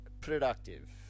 productive